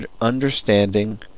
Understanding